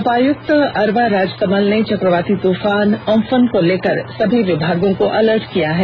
उपायुक्त अरवा राजकमल ने चक्रवाती तूफान उम्पुन को लेकर सभी विभागों को अलर्ट किया है